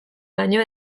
baino